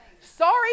Sorry